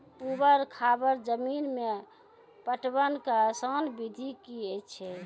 ऊवर खाबड़ जमीन मे पटवनक आसान विधि की ऐछि?